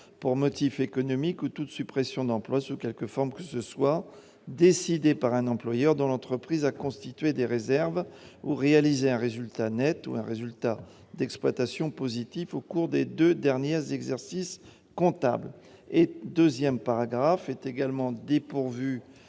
pour motif économique ou toute suppression d'emplois sous quelque forme que ce soit, décidé par un employeur dont l'entreprise a constitué des réserves ou réalisé un résultat net ou un résultat d'exploitation positif au cours des deux derniers exercices comptables. « Est également dépourvu